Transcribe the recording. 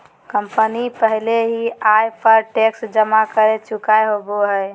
company पहले ही आय पर टैक्स जमा कर चुकय होबो हइ